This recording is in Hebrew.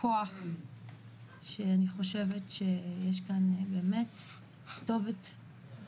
כוח שאני חושבת שיש כאן באמת כתובת